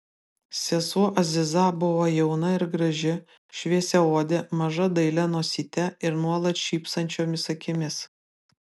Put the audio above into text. sesuo aziza buvo jauna ir graži šviesiaodė maža dailia nosyte ir nuolat šypsančiomis akimis